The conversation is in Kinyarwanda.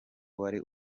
wari